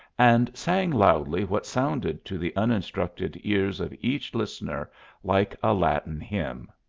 and sang loudly what sounded to the uninstructed ears of each listener like a latin hymn.